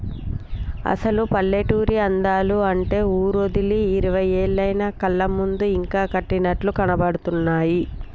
అసలు పల్లెటూరి అందాలు అంటే ఊరోదిలి ఇరవై ఏళ్లయినా కళ్ళ ముందు ఇంకా కట్టినట్లు కనబడుతున్నాయి